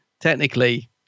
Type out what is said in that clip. technically